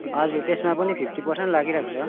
हजुर त्यसमा पनि फिफ्टी पर्सेन्ट लागिरहेको छ